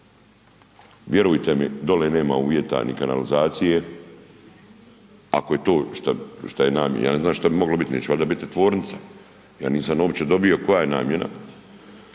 Vjerujte mi, dole nema uvjeta, ni kanalizacije, ako je to šta je, ja ne znam šta bi moglo bit, neće valjda bit tvornica, ja nisam opće dobio koja je namjena,